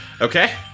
Okay